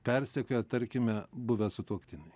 persekioja tarkime buvę sutuoktiniai